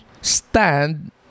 stand